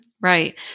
right